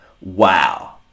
wow